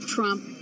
Trump